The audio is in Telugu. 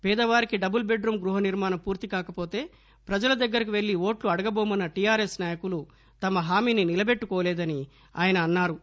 పేదవారికి డబుల్ బెడ్ రూం గృహనిర్మాణం పూర్తి కాకవోతే ప్రజల దగ్గరకు పెళ్లి ఓట్లు అడగబోమన్న టిఆర్ఎస్ నాయకులు తమ హామీని నిలబెట్లుకోలేదని ఆయన అన్నా రు